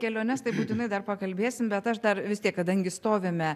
keliones tai būtinai dar pakalbėsim bet aš dar vis tiek kadangi stovime